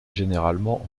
généralement